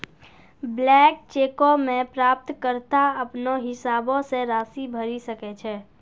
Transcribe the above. blank चेको मे प्राप्तकर्ता अपनो हिसाबो से राशि भरि सकै छै